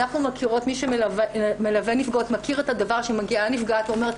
מי שמלווה נפגעות מכיר את הדבר שמגיעה נפגעת ואומרת,